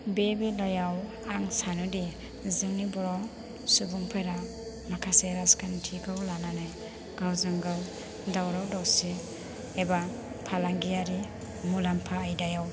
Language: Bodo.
बे बेलायाव आं सानो दि जोंनि बर' सुबुंफोरा माखासे राजखान्थिखौ लानानै गावजों गाव दावराव दावसि एबा फालांगियारि मुलाम्फा आयदायाव